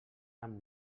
amb